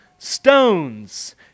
Stones